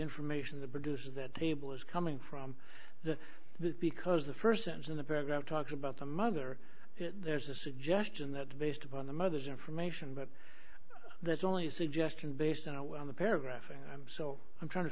information that produces that table is coming from the because the st sentence in the paragraph talks about the mother there's a suggestion that based upon the mother's information but that's only a suggestion based on when the paragraphing i'm so i'm trying to